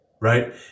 right